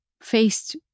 faced